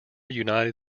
united